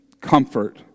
comfort